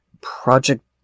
Project